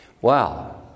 Wow